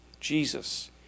Jesus